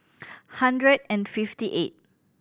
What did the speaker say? hundred and fifty eight